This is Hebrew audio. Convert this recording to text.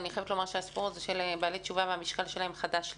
אני חייבת לומר שהסיפור הזה של בעלי תשובה והמשקל שלהם חדש לי,